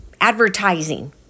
advertising